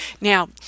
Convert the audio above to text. Now